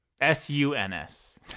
S-U-N-S